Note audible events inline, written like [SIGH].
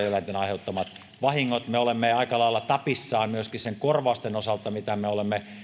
[UNINTELLIGIBLE] eläinten aiheuttamat vahingot me olemme aika lailla tapissa myöskin korvausten osalta joita me olemme